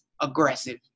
aggressive